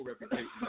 reputation